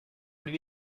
lui